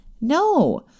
No